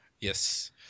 yes